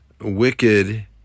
Wicked